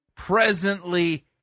presently